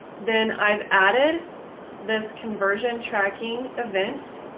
then i've added this conversion tracking event.